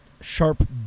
sharp